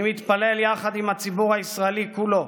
אני מתפלל יחד עם הציבור הישראלי כולו